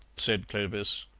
said clovis.